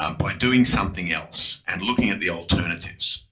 um by doing something else and looking at the alternatives.